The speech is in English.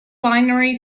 binary